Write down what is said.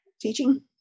teaching